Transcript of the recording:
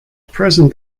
present